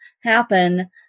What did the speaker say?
happen